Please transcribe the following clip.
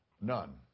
none